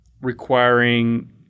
requiring